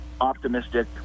optimistic